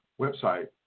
website